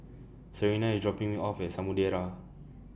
Serena IS dropping Me off At Samudera